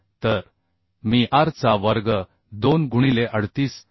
तर मी r चा वर्ग 2 गुणिले 38